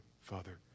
Father